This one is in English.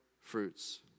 fruits